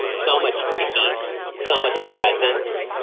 so much peace, so much presence.